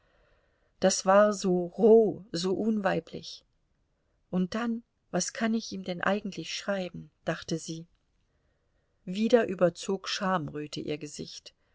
das war so roh so unweiblich und dann was kann ich ihm denn eigentlich schreiben dachte sie wieder überzog schamröte ihr gesicht